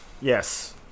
Yes